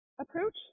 approach